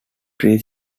three